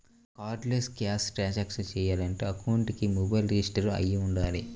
cardless cash transactions చెయ్యాలంటే అకౌంట్కి mobile register అయ్యి వుండాలి